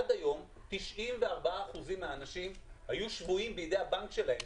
עד היום 94 אחוזים מהאנשים היו שבויים בידי הבנק שלהם.